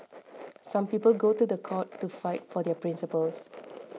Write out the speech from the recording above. some people go to the court to fight for their principles